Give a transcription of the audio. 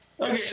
Okay